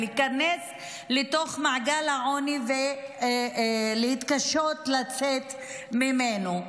להיכנס לתוך מעגל העוני ולהתקשות לצאת ממנו.